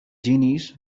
genies